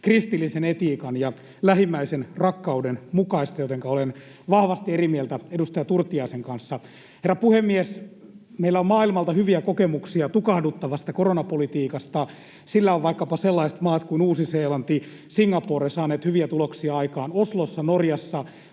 kristillisen etiikan ja lähimmäisenrakkauden mukaista, jotenka olen vahvasti eri mieltä edustaja Turtiaisen kanssa. Herra puhemies! Meillä on maailmalta hyviä kokemuksia tukahduttavasta koronapolitiikasta. Sillä ovat vaikkapa sellaiset maat kuin Uusi-Seelanti ja Singapore saaneet hyviä tuloksia aikaan. Oslossa Norjassa